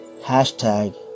Hashtag